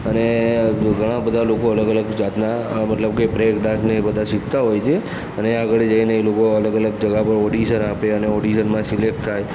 અને જો ઘણા બધા લોકો અલગ અલગ જાતના મતલબ કે બ્રેક ડાન્સ ને એ બધા શીખતા હોય છે અને આગળ જઇને એ લોકો અલગ અલગ જગા પર ઑડિશન આપે છે અને ઑડિશનમાં સિલેક્ટ થાય